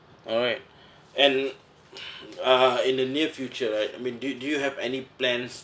alright and uh in the near future right I mean do you do you have any plans